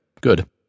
Good